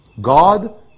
God